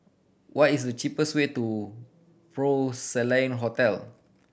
what is the cheapest way to Porcelain Hotel